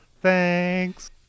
thanks